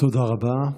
תודה רבה.